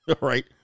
right